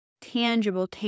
tangible